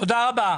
תודה רבה.